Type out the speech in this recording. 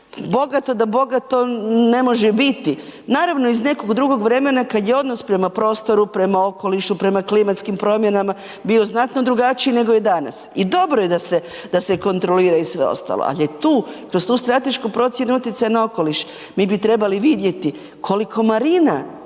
bogato da bogato ne možete biti. Naravno iz nekog drugog vremena kad je odnos prema prostoru, prema okolišu, prema klimatskim promjenama bio znatno drugačiji nego je danas i dobro je da se kontrolira i sve ostalo, ali je to, kroz tu stratešku procjenu utjecaja na okoliš, mi bi trebali vidjeti koliko marina